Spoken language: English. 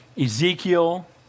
Ezekiel